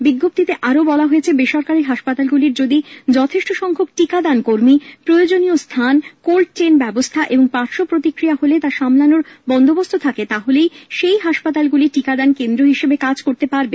বিজ্ঞপ্তিতে আরো বলা হয়েছে বেসরকারি হাসপাতালগুলির যদি যথেষ্ট সংখ্যক কর্মী প্রয়োজনীয় স্থান কোল্ড চেন ব্যবস্থা এবং কারো পার্শ্ব প্রতিক্রিয়া হলে তা সামলানোর ব্যবস্থা থাকে তবেই তারা টিকাদান কেন্দ্র হিসেবে কাজ করতে পারবে